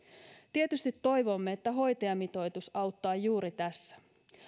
tietysti toivomme että hoitajamitoitus auttaa juuri tässä